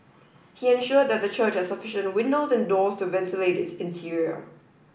he ensured that the church had sufficient windows and doors to ventilate its interior